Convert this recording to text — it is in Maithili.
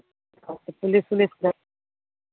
पुलिस उलिसके